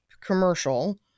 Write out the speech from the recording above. commercial